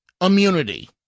immunity